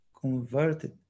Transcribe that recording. converted